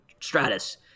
Stratus